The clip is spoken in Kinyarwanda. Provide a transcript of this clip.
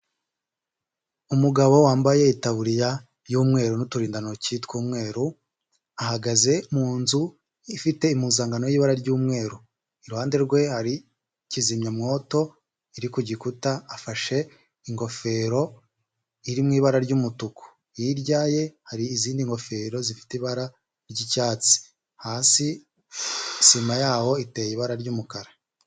Umugabo wambaye itaburiya y'umweru n'uturindantoki tw'umweru, ahagaze mu nzu ifite impuzangano y'ibara ry'umweru. Iruhande rwe hari kizimyamwoto iri ku gikuta, afashe ingofero iri mu ibara ry'umutuku. Hirya ye hari izindi ngofero zifite ibara ry'icyatsi, hasi sima yaho iteye ibara ry'umukara.